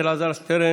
שיירשם גם בדברי הכנסת,